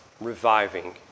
reviving